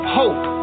hope